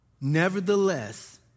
Nevertheless